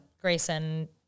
Grayson